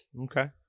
Okay